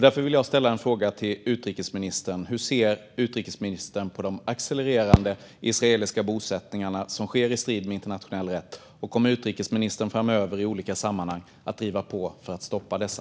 Därför vill jag fråga utrikesministern: Hur ser utrikesministern på de accelererande israeliska bosättningarna, som sker i strid med internationell rätt? Kommer utrikesministern framöver i olika sammanhang att driva på för att stoppa dessa?